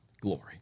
glory